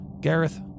Gareth